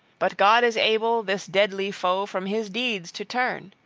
but god is able this deadly foe from his deeds to turn!